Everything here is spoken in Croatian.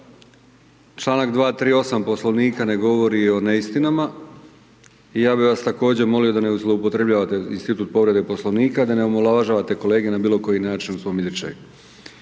Članak 238. poslovnika ne govori o neistinama, i ja bi vas također zamolio da nezloupotrebljavane institut povrede poslovnika, da ne omalovažavate kolege na bilo koji način u svom izričaju.